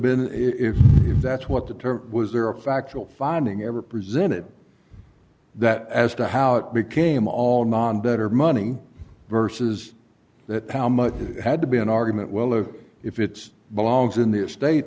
been if that's what the term was there a factual finding ever presented that as to how it became all non better money versus that how much it had to be an argument well or if it's belongs in the estate